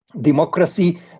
democracy